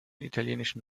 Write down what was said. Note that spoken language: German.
italienischen